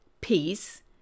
Peace